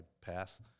path